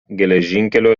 geležinkelio